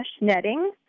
netting